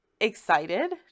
excited